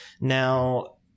now